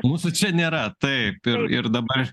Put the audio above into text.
mūsų čia nėra taip ir ir dabar